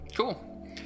Cool